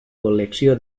col·lecció